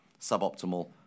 suboptimal